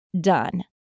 done